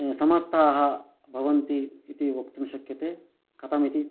समर्थाः भवन्ति इति वक्तुं शक्यते कथमिति